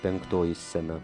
penktoji scena